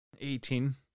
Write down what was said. Eighteen